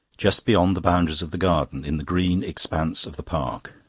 just beyond the boundaries of the garden, in the green expanse of the park.